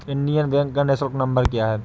Indian bank का निःशुल्क number क्या है?